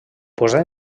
posà